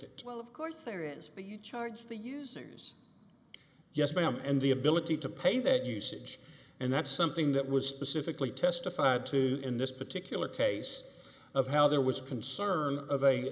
it well of course there is but you charge the users yes ma'am and the ability to pay that usage and that's something that was specifically testified to in this particular case of how there was concern